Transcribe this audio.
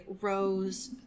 Rose